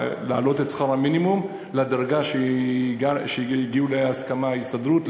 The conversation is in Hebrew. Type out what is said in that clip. להעלות את שכר המינימום לדרגה שהגיעו עליה להסכמה עם ההסתדרות,